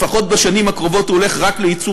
לפחות בשנים הקרובות הוא הולך רק לייצור